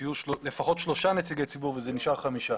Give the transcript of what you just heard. שיהיו לפחות שלושה נציגי ציבור וזה נשאר חמישה,